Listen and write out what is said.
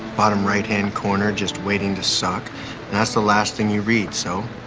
bottom right hand corner, just waiting to suck that's the last thing you read, so